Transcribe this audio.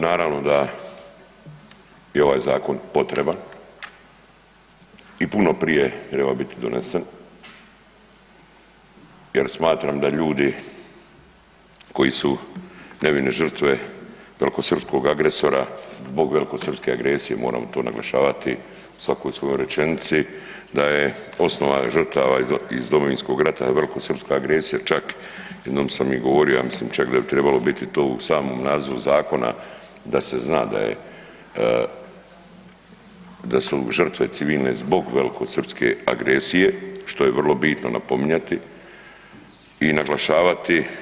Naravno da je ovaj zakon potreban i puno prije je trebao biti donesen jer smatram da ljudi koji su nevine žrtve velikosrpskog agresora zbog velikosrpske agresije moramo to naglašavati u svakoj svojoj rečenici da je … [[ne razumije se]] žrtava iz Domovinskog rata velikosrpske agresije čak jednom sam i govorio ja mislim čak da bi trebalo biti to u samom nazivu zakona da se zna da su žrtve civilne zbog velikosrpske agresije što je vrlo bitno napominjati i naglašavati.